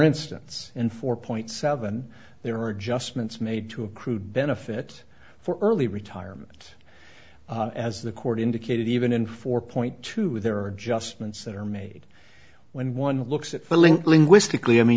instance and four point seven there are adjustments made to accrued benefits for early retirement as the court indicated even in four point two there are adjustments that are made when one looks at filling linguistically i mean